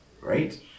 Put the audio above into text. Right